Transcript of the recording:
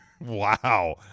Wow